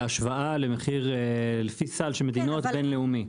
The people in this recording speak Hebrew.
אלא השוואה למחיר לפי סל של מדינות בינלאומי.